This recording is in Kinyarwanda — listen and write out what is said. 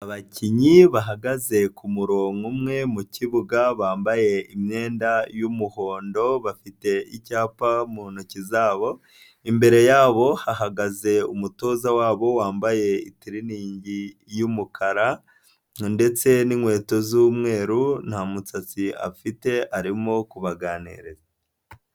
Abakinnyi bahagaze ku murongo umwe mu kibuga, bambaye imyenda y'umuhondo bafite icyapa mu ntoki zabo, imbere yabo hahagaze umutoza wabo wambaye itiriningi y'umukara, ndetse n'inkweto z'umweru nta musatsi afite arimo kubaganiriza.